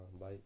bye